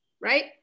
right